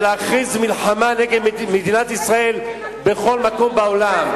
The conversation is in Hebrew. להכריז מלחמה נגד מדינת ישראל בכל מקום בעולם.